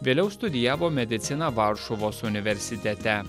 vėliau studijavo mediciną varšuvos universitete